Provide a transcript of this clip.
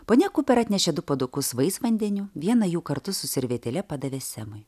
ponia kuper atnešė du puodukus vaisvandenių vieną jų kartu su servetėle padavė semui